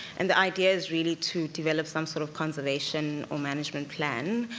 and the idea is really to develop some sort of conservation, or management plan,